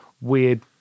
weird